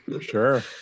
sure